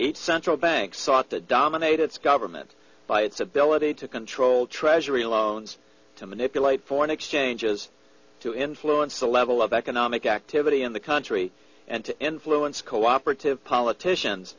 each central bank sought to dominate its government by its ability to control treasury loans to manipulate foreign exchanges to influence the level of economic activity in the country and to influence co operative politicians